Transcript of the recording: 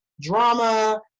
drama